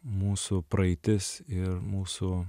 mūsų praeitis ir mūsų